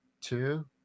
two